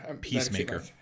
Peacemaker